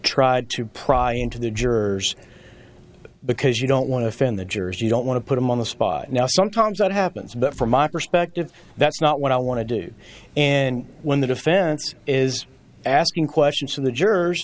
tried to pry into the jurors because you don't want to offend the jurors you don't want to put them on the spot now sometimes that happens but from my perspective that's not what i want to do and when the defense is asking questions from the jurors